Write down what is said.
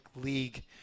league